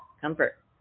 comfort